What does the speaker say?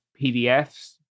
pdfs